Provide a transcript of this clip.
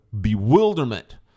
bewilderment